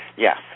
Yes